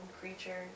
creature